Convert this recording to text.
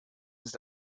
ist